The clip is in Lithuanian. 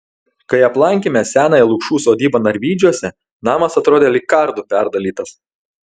kai aplankėme senąją lukšų sodybą narvydžiuose namas atrodė lyg kardu perdalytas